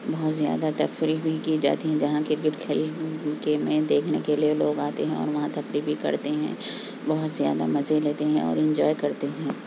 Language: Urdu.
بہت زیادہ تفریح بھی کی جاتی ہے جہاں کرکٹ کھیلنے کے میں دیکھنے کے لیے لوگ آتے ہیں اور وہاں تفریح بھی کرتے ہیں بہت زیادہ مزے لیتے ہیں اور انجوائے کرتے ہیں